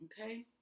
Okay